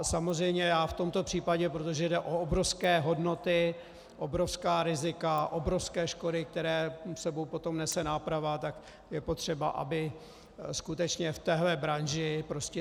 Samozřejmě v tomto případě, protože jde o obrovské hodnoty, obrovská rizika, obrovské škody, které potom s sebou nese náprava, tak je potřeba, aby skutečně v téhle branži prostě...